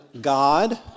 God